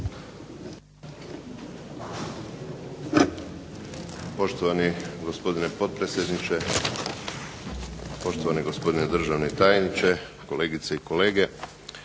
Poštovani gospodine potpredsjedniče, poštovani gospodine državni tajniče, kolegice i kolege